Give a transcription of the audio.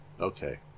Okay